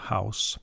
House